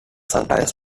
sometimes